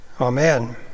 amen